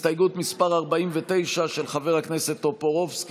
הסתייגות מס' 49, של חבר הכנסת טופורובסקי.